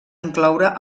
incloure